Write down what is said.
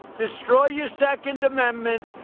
destroy your second amendment,